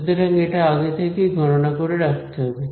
সুতরাং এটা আগে থেকেই গণনা করে রাখতে হবে